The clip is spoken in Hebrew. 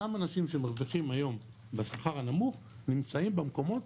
אותם אנשים שמרוויחים היום שכר נמוך נמצאים במקומות